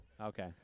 Okay